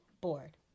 board